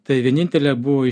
tai vienintelė buvo